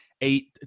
eight